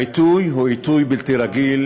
העיתוי הוא בלתי רגיל,